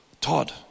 Todd